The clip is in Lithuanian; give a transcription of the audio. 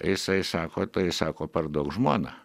jisai sako tai sako parduok žmoną